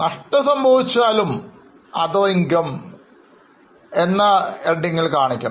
നഷ്ടം സംഭവിച്ചാലും അത് Other income തന്നെയാണ് കാണിക്കുക